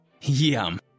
yum